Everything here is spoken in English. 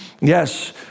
yes